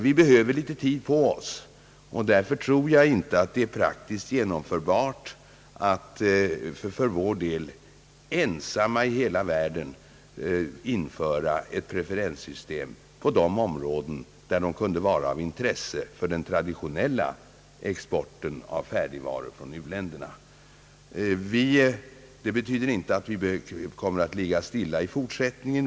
Vi behöver litet tid på oss, och därför tror jag inte att det är praktiskt genomförbart för vår del att ensamma i hela världen införa ett preferenssystem på de områden där det kunde vara av intresse för den traditionella exporten av färdigvaror från u-länderna. Det betyder dock inte att vi kommer att ligga stilla i fortsättningen.